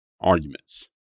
arguments